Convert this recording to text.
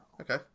Okay